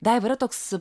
daiva yra toks